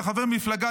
כחבר מפלגה,